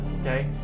Okay